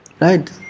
Right